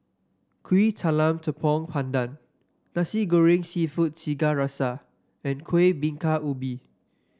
Kuih Talam Tepong Pandan Nasi Goreng seafood Tiga Rasa and Kuih Bingka Ubi